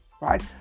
right